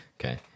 okay